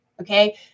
Okay